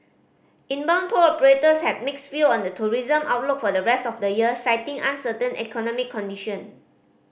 inbound tour operators had mixed view on the tourism outlook for the rest of the year citing uncertain economic condition